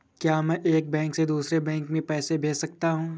क्या मैं एक बैंक से दूसरे बैंक में पैसे भेज सकता हूँ?